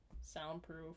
soundproof